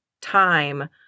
time